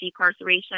decarceration